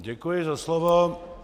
Děkuji za slovo.